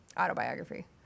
Autobiography